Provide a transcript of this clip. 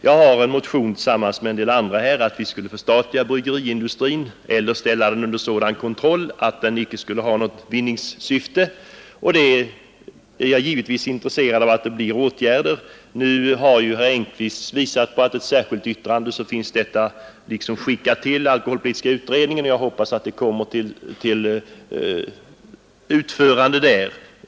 Jag har i en motion tillsammans med en del andra föreslagit att vi skulle förstatliga bryggeriindustrin eller ställa den under sådan kontroll att den inte skulle ha något vinningssyfte. Jag är givetvis intresserad av att åtgärder vidtas i den riktningen. Herr Engkvist har ju visat på att i ett särskilt yttrande detta så att säga finns skickat till alkoholpolitiska utredningen, och jag hoppas att utredningen lämnar förslag så snart som möjligt.